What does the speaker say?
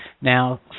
Now